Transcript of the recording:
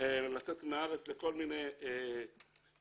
ולצאת מהארץ לכל מיני יעדים.